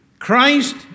Christ